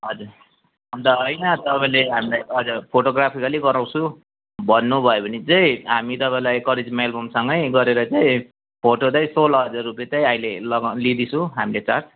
हजुर अन्त होइन तपाईँले हामीलाई हजुर फोटोग्राफी खालि गराउँछु भन्नुभयो भने चाहिँ हामी तपाईँलाई करिस्मा एल्बमसँगै गरेर चाहिँ फोटो चाहिँ सोह्र हजार रुपियाँ चाहिँ लगाउँ लिँदै छौँ हामीले चार्ज